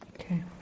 Okay